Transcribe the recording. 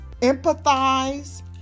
empathize